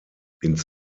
ins